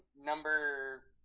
number